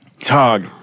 Tog